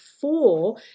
four